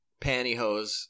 pantyhose